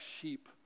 sheep